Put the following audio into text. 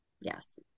Yes